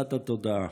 הנדסת התודעה.